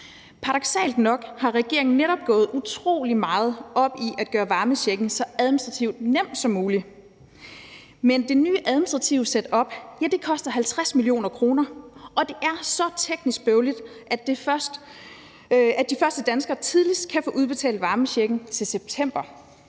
Paradoksalt nok har regeringen netop gået utrolig meget op i at gøre varmechecken så administrativt nem som muligt, men det nye administrative setup koster 50 mio. kr., og det er så teknisk bøvlet, at de første danskere tidligst kan få udbetalt varmechecken til september.